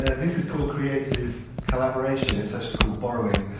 this is called creative collaboration it's actually called borrowing